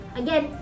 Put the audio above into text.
again